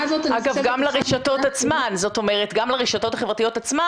גם הרשתות החברתיות עצמן,